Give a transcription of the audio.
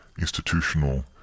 institutional